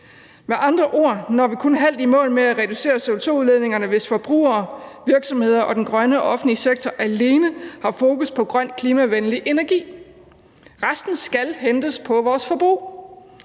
Med andre ord når vi kun halvt i mål med at reducere CO2-udledningerne, hvis forbrugere, virksomheder og den grønne offentlige sektor alene har fokus på grøn, klimavenlig energi. Resten skal hentes ved vores forbrug.